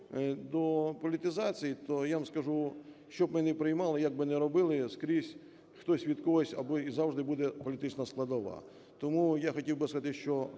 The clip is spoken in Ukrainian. щодо політизації, то я вам скажу, що б ми не приймали, як би не робили, скрізь хтось від когось або… і завжди буде політична складова. Тому я хотів би сказати, що